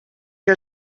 que